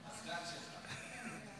הסגן שלה.